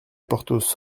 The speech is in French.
porthos